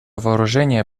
вооружения